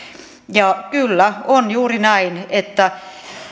ja kyllä on juuri näin että